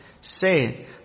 say